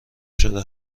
شده